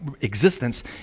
existence